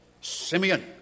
Simeon